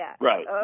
Right